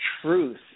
truth